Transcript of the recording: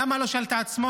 למה הוא לא שאל את עצמו